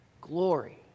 glory